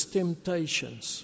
temptations